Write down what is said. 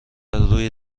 روی